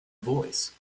voice